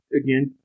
again